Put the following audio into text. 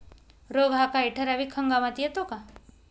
रोग हा काही ठराविक हंगामात येतो का?